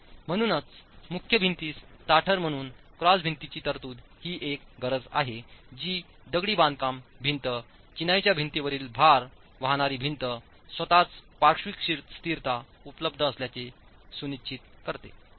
म्हणूनच मुख्य भिंतीस ताठर म्हणून क्रॉस भिंतींची तरतूद ही एक गरज आहे जी दगडी बांधकाम भिंत चिनाईच्या भिंतीवरील भार वाहणारी भिंत स्वतःच पार्श्विक स्थिरता उपलब्ध असल्याचे सुनिश्चित करते